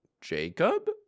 Jacob